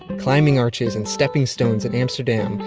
climbing arches and stepping stones in amsterdam,